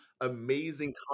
amazing